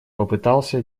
попытался